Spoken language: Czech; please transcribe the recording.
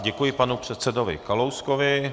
Děkuji panu předsedovi Kalouskovi.